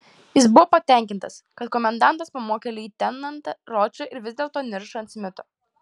jis buvo patenkintas kad komendantas pamokė leitenantą ročą ir vis dėlto niršo ant smito